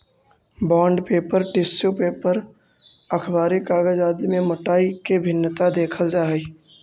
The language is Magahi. बॉण्ड पेपर, टिश्यू पेपर, अखबारी कागज आदि में मोटाई के भिन्नता देखल जा हई